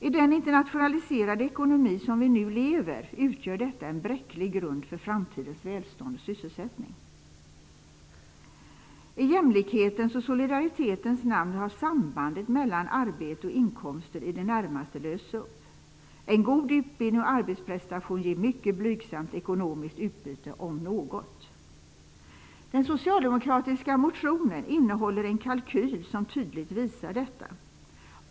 I den internationaliserade ekonomi som vi nu lever i, utgör detta en bräcklig grund för framtidens välstånd och sysselsättning. I jämlikhetens och solidaritetens namn har sambandet mellan arbete och inkomster i det närmaste lösts upp. En god utbildning och arbetsprestation ger ett mycket blygsamt ekonomiskt utbyte, om något. Den socialdemokratiska motionen innehåller en kalkyl som tydligt visar detta.